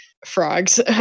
Frogs